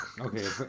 Okay